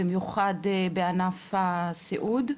במיוחד בענף הסיעוד.